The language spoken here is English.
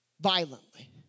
violently